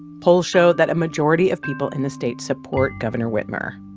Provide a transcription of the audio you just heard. polls show that a majority of people in the state support governor whitmer.